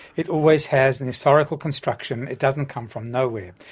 it always has an historical construction, it doesn't come from nowhere.